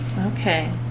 Okay